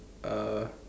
uh